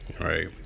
Right